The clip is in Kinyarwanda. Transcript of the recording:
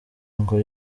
ngo